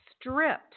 stripped